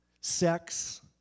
sex